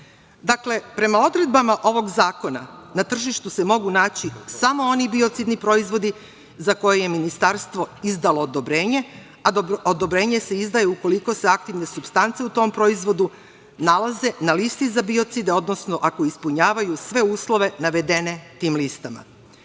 prema odredbama ovog zakona na tržištu se mogu naći samo oni biocidni proizvodi za koje je Ministarstvo izdalo odobrenje, a odobrenje se izdaje ukoliko se aktivne supstance u tom proizvodu nalaze na listi za biocide, odnosno ako ispunjavaju sve uslove navedene tim listama: